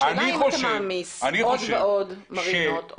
השאלה אם אתה מעמיס עוד ועוד מרינות.